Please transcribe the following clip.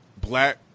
black